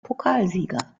pokalsieger